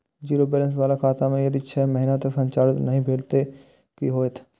Zero balance बाला खाता में यदि छः महीना तक संचालित नहीं भेल ते कि होयत?